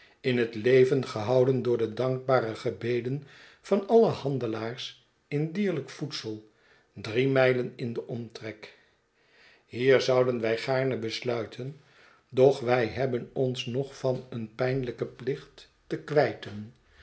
in het leven gehouden door de dankbare gebeden van alle handelaars in dierlijk voedsel drie mijlen in den omtrek hier zouden wij gaarne besluiten doch wij hebben ons nog van een pijnlijken plicht te kwijten